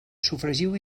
sofregiu